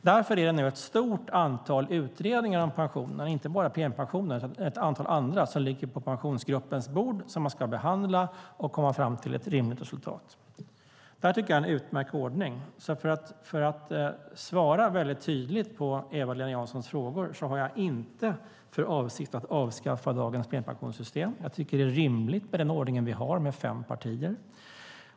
Därför ligger nu ett stort antal utredningar om pensionerna - inte bara om PPM-pensionerna, utan om ett antal andra - på Pensionsgruppens bord som den ska behandla och komma fram till ett rimligt resultat om. Det är en utmärkt ordning. För att svara mycket tydligt på Eva-Lena Janssons frågor har jag inte för avsikt att avskaffa dagens premiepensionssystem. Det är rimligt med den ordning vi har med fem partier.